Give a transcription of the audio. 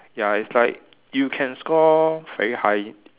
ya it's like you can score very high